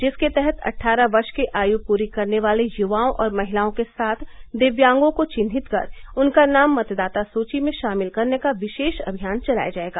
जिसके तहत अट्ठारह वर्ष की आयु पूरी करने वाले युवाओं और महिलाओं के साथ दिव्यांगों को चिन्हित कर उनका नाम मतदाता सूची में शामिल करने का विशेष अभियान चलाया जायेगा